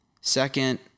Second